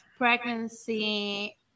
Pregnancy